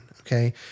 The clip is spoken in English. okay